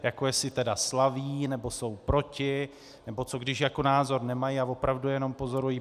Jako jestli tedy slaví, nebo jsou proti, nebo co když jako názor nemají a opravdu jenom pozorují?